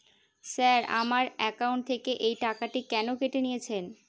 Sir আমার account থেকে এই টাকাটি কেন কেটে নিয়েছেন?